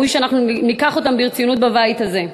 ראוי שניקח אותם ברצינות בבית הזה.